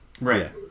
Right